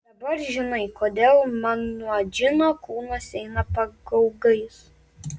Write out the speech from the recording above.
dabar žinai kodėl man nuo džino kūnas eina pagaugais